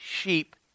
sheep